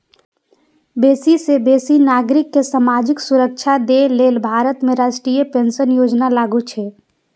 बेसी सं बेसी नागरिक कें सामाजिक सुरक्षा दए लेल भारत में राष्ट्रीय पेंशन योजना लागू छै